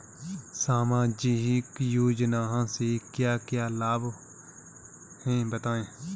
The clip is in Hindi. सामाजिक योजना से क्या क्या लाभ हैं बताएँ?